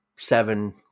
seven